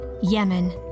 Yemen